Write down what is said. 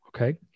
okay